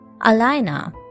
Alina